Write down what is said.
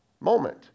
moment